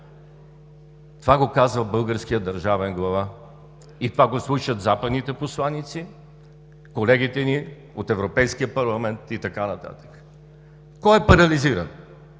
Това го казва българският държавен глава, и това го слушат западните посланици, колегите ни от Европейския парламент и така нататък. Кой е парализиран?